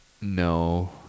No